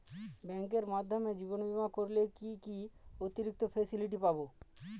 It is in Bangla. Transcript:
ব্যাংকের মাধ্যমে জীবন বীমা করলে কি কি অতিরিক্ত ফেসিলিটি পাব?